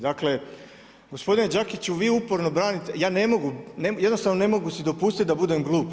Dakle gospodine Đakiću vi uporno branite, ja ne mogu jednostavno si ne mogu dopustiti da budem glup.